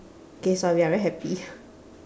okay sorry I very happy